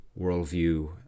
worldview